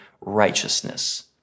righteousness